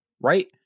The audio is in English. right